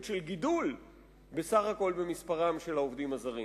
של גידול במספרם של העובדים הזרים